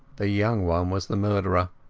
the young one was the murderer.